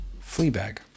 Fleabag